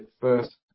first